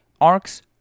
arcs